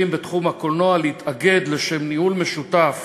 בתחום הקולנוע להתאגד לשם ניהול משותף